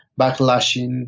backlashing